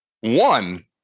one